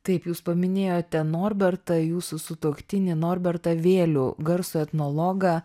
taip jūs paminėjote norbertą jūsų sutuoktinį norbertą vėlių garsų etnologą